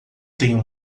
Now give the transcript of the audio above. tenho